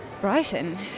Brighton